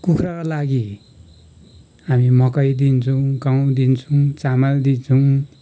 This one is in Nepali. कुखुराको लागि हामी मकै दिन्छौँ गहुँ दिन्छौँ चामल दिन्छौँ